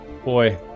boy